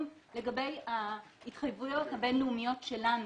לגבי ההתחייבויות הבין-לאומיות שלנו,